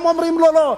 גם אומרים לו, לא.